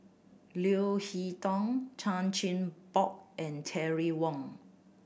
Leo Hee Tong Chan Chin Bock and Terry Wong